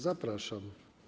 Zapraszam.